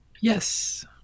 Yes